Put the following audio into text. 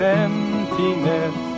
emptiness